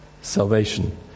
Salvation